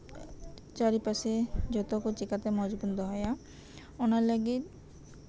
ᱪᱟᱹᱨᱤ ᱯᱟᱥᱮ ᱡᱚᱛᱚ ᱠᱚ ᱪᱤᱠᱟᱛᱮ ᱢᱚᱸᱡ ᱵᱚ ᱫᱚᱦᱚᱭᱟ ᱚᱱᱟ ᱞᱟᱹᱜᱤᱫ